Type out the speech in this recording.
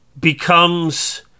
becomes